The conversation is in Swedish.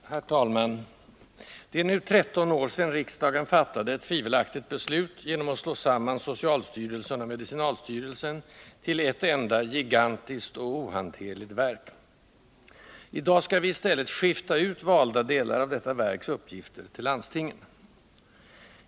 Herr talman! Det är nu 13 år sedan riksdagen fattade ett tvivelaktigt beslut genom att slå samman socialstyrelsen och medicinalstyrelsen till ett enda, gigantiskt och ohanterligt verk. I dag skall vi i stället skifta ut valda delar av detta verks uppgifter till landstingen.